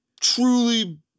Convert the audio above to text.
truly